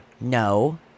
No